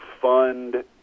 fund